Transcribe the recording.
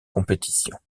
compétition